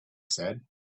said